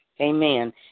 Amen